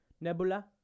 Nebula